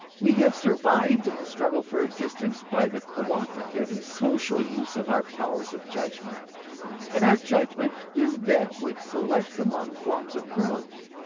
we have survived in the struggle for existence by the cooperative and social use of our powers of judgment and our judgment is that which selects among forms of growth,